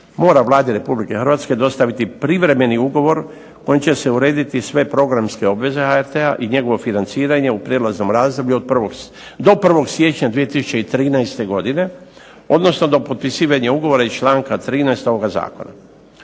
mora Vladi RH dostaviti privremeni ugovor kojim će se urediti sve programske obveze HRT-a i njegovo financiranje u prijelaznom razdoblju do 1. siječnja 2013. godine, odnosno do potpisivanja ugovora iz članka 13. ovoga